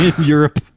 Europe